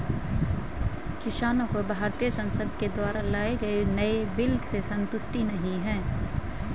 किसानों को भारतीय संसद के द्वारा लाए गए नए बिल से संतुष्टि नहीं है